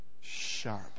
sharp